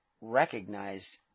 recognize